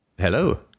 hello